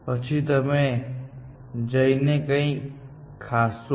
પછી તમે જઈને કંઈક ખાશો